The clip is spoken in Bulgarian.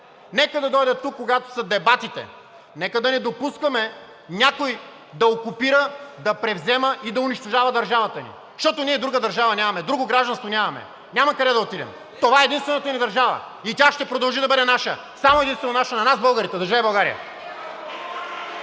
нека да дойдат тук, когато са дебатите, нека да не допускаме някой да ни окупира, да ни превзема и да унищожава държавата ни! Защото ние друга държава нямаме, друго гражданство нямаме, няма къде да отидем, това е единствената ни държава и тя ще продължи да бъде наша, само и единствено наша – на нас, българите! Да живее България!